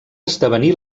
esdevenir